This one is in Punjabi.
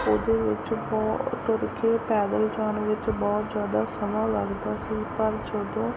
ਉਹਦੇ ਵਿੱਚ ਬਹੁਤ ਤੁਰ ਕੇ ਪੈਦਲ ਜਾਣ ਵਿੱਚ ਬਹੁਤ ਜ਼ਿਆਦਾ ਸਮਾਂ ਲੱਗਦਾ ਸੀ ਪਰ ਜਦੋਂ